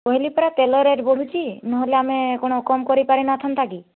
କହିଲି ପରା ତେଲ ରେଟ ବଢ଼ୁଛି ନହେଲେ ଆମେ କଣ କମ୍ କରି ପରିନଥାନ୍ତା କି